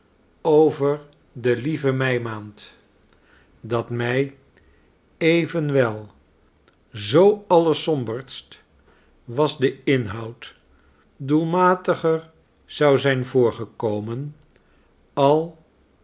over de lieve meimaand dat mij evenwel zoo allersomberst was de inhoud doelmatiger zou zijn voorgekomen al